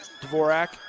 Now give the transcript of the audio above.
Dvorak